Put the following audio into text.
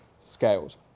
scales